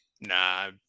Nah